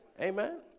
Amen